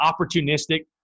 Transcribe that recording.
opportunistic